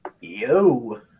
Yo